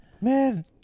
Man